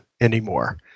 anymore